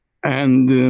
and.